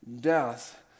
death